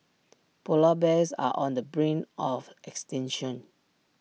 Polar Bears are on the brink of extinction